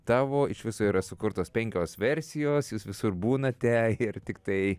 tavo iš viso yra sukurtos penkios versijos jūs visur būnate ir tiktai